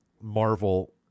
Marvel